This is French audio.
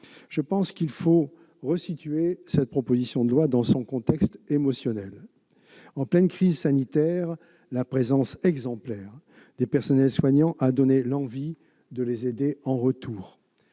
Je pense qu'il faut resituer cette proposition de loi dans son contexte émotionnel. En pleine crise sanitaire, la présence exemplaire des personnels soignants a donné l'envie de les aider en retour.